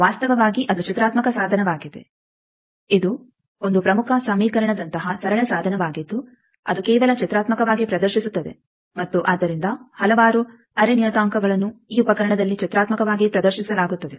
ವಾಸ್ತವವಾಗಿ ಇದು ಚಿತ್ರಾತ್ಮಕ ಸಾಧನವಾಗಿದೆ ಇದು ಒಂದು ಪ್ರಮುಖ ಸಮೀಕರಣದಂತಹ ಸರಳ ಸಾಧನವಾಗಿದ್ದು ಅದು ಕೇವಲ ಚಿತ್ರಾತ್ಮಕವಾಗಿ ಪ್ರದರ್ಶಿಸುತ್ತದೆ ಮತ್ತು ಆದ್ದರಿಂದ ಹಲವಾರು ಅರೇ ನಿಯತಾಂಕಗಳನ್ನು ಈ ಉಪಕರಣದಲ್ಲಿ ಚಿತ್ರಾತ್ಮಕವಾಗಿ ಪ್ರದರ್ಶಿಸಲಾಗುತ್ತದೆ